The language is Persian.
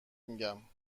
میگم